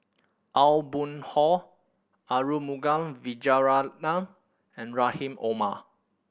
Aw Boon Haw Arumugam Vijiaratnam and Rahim Omar